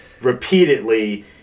repeatedly